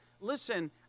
Listen